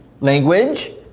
language